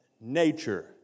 nature